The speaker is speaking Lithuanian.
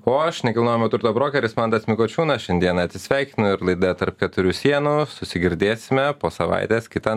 o aš nekilnojamo turto brokeris mantas mikučiūnas šiandien atsisveikinu ir laida tarp keturių sienų susigirdėsime po savaitės kitą